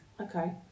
Okay